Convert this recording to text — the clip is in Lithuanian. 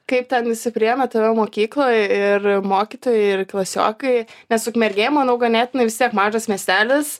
kaip ten visi priėmė tave mokykloj ir mokytojai ir klasiokai nes ukmergėj manau ganėtinai vis tiek mažas miestelis